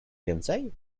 więcej